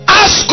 ask